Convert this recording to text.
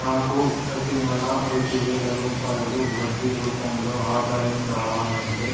నాకు ప్రతి నెల ఐదు వేల రూపాయలు వడ్డీ రూపం లో ఆదాయం రావాలంటే